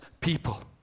people